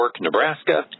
Nebraska